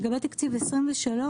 לגבי תקציב 2023,